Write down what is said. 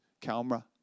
camera